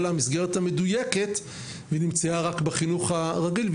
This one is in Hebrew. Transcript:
לה מסגרת מדויקת והיא נמצאה רק בחינוך הרגיל.